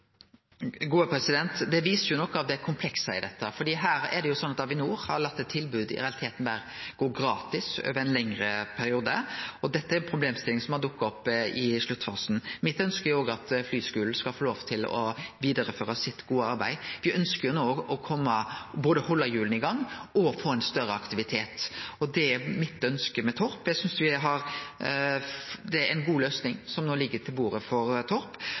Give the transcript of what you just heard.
Det viser noko av det komplekse i dette, for her har Avinor i realiteten latt eit tilbod vere gratis over ein lengre periode, og dette er ei problemstilling som har dukka opp i sluttfasen. Mitt ønske er at flyskulen skal få lov til å vidareføre sitt gode arbeid, for me ønskjer både å halde hjula i gang og å få større aktivitet. Det er mitt ønske for Torp. Eg synest det er ei god løysing som no ligg på bordet for Torp.